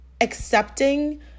accepting